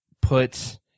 put